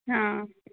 हाँ